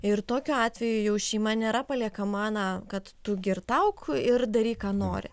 ir tokiu atveju jau šeima nėra paliekama na kad tu girtauk ir daryk ką nori